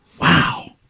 Wow